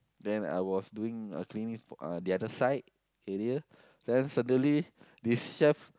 then I was doing uh cleaning uh the other side area then suddenly this chef